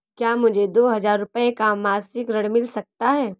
क्या मुझे दो हजार रूपए का मासिक ऋण मिल सकता है?